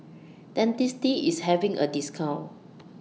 Dentiste IS having A discount